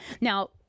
Now